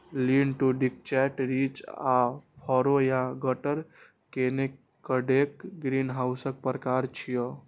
lean to detached, ridge आ furrow या gutter connected ग्रीनहाउसक प्रकार छियै